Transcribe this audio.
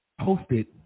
posted